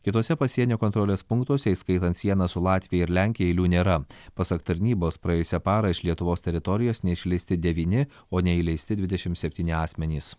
kituose pasienio kontrolės punktuose įskaitant sieną su latvija ir lenkija eilių nėra pasak tarnybos praėjusią parą iš lietuvos teritorijos neišleisti devyni o neįleisti dvidešimt septyni asmenys